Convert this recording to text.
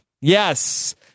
Yes